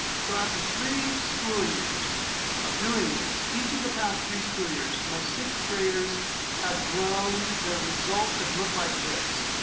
so after three school years of doing this, each of the past three school years, my sixth graders have grown. their results have looked like this.